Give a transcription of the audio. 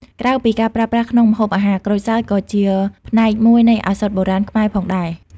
ក្រៅពីការប្រើប្រាស់ក្នុងម្ហូបអាហារ ក្រូចសើចក៏ជាផ្នែកមួយនៃ ឱសថបុរាណ ខ្មែរផងដែរ។